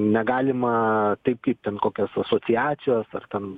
negalima taip kaip ten kokios asociacijos ar ten